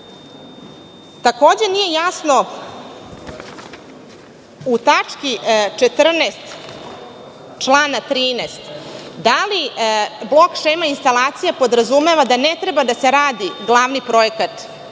takođe nije jasno, u tački 14. člana 13. da li blok šema instalacija podrazumeva da ne treba da se radi glavni projekat